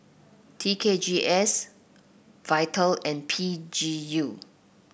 T K G S Vital and P G U